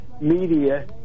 media